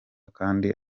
kandi